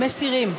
מסירים.